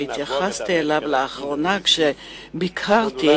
שהתייחסתי אליו לאחרונה כשביקרתי